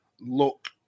look